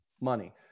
money